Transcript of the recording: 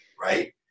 right